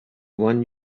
one